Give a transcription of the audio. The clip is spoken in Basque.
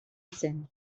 zen